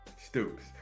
Stoops